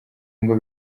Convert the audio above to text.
ngo